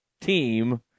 team